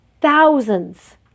thousands